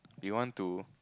you want to